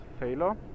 Fehler